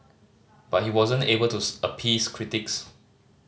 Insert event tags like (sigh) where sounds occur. but he wasn't able to (unintelligible) appease critics